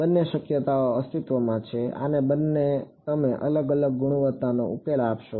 બંને શક્યતાઓ અસ્તિત્વમાં છે અને બંને તમને અલગ અલગ ગુણવત્તાના ઉકેલો આપશે